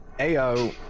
Ao